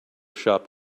shop